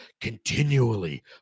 Continually